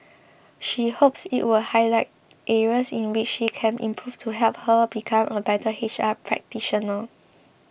she hopes it would highlight areas in which she can improve to help her become a better H R practitioner